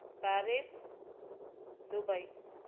Paris Dubai